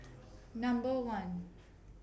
Number one